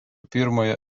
pirmojo